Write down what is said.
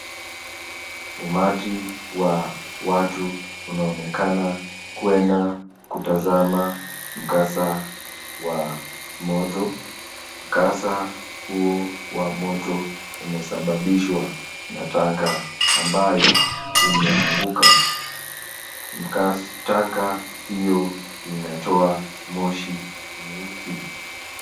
Umati wa watu wanaonekana kwenda kutazama mkaza, wa moto mkaza huu wa moto umesababiswa na tanga ambayo imeanguka, tanga hiyo inatowa moshi nyeusi.